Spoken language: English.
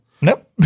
Nope